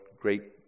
great